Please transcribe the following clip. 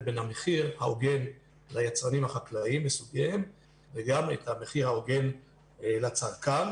בין המחיר ההוגן ליצרנים החקלאיים לסוגיהם והמחיר ההוגן לצרכן.